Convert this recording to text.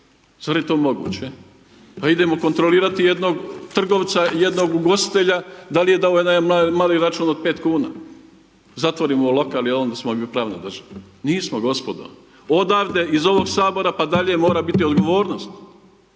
zar je to moguće, pa idemo kontrolirati jednog trgovca, jednog ugostitelja da li je dovoljan jedan mali račun od 5 kuna, zatvorimo mu lokal i onda smo mi pravna država, nismo gospodo odavde iz ovog sabora pa dalje mora biti odgovornost.